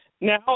Now